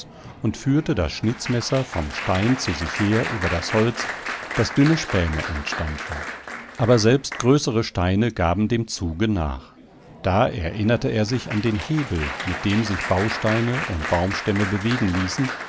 und führte das schnitzmesser vom stein zu sich her über das holz daß dünne späne entstanden aber selbst größere steine gaben dem zuge nach da erinnerte er sich an den hebel mit dem sich bausteine und baumstämme bewegen ließen